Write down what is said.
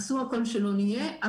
עשו הכול שלא נהיה.